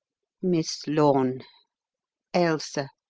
miss lorne ailsa,